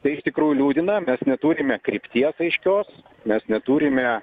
tai iš tikrųjų liūdina mes neturime krypties aiškios mes neturime